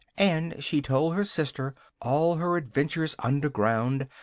and she told her sister all her adventures under ground,